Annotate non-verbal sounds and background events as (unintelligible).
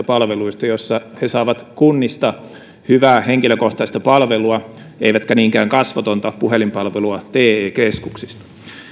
(unintelligible) palveluista joissa he saavat kunnista hyvää henkilökohtaista palvelua eivätkä niinkään kasvotonta puhelinpalvelua te keskuksista